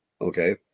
Okay